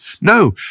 No